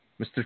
Mr